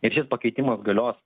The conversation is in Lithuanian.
ir šis pakeitimas galios